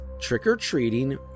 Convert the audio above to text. trick-or-treating